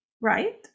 right